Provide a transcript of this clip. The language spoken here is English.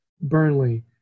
Burnley